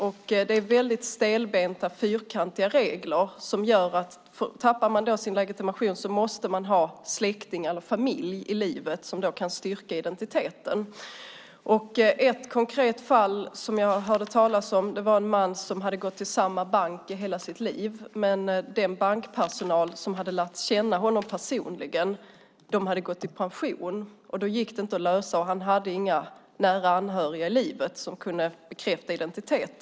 Reglerna är stelbenta och fyrkantiga och innebär att om man förlorar sin legitimation måste man ha släktingar eller familj i livet som kan styrka identiteten. Ett konkret fall som jag hörde talas om gällde en man som hela sitt liv hade gått till en och samma bank. Den bankpersonal som lärt känna honom personligen hade dock gått i pension och han hade inga nära anhöriga i livet som kunde bekräfta hans identitet.